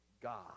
God